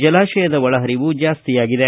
ಜಲಾಶಯದ ಒಳಹರಿವು ಜಾಸ್ತಿಯಾಗಿದೆ